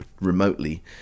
Remotely